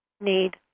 need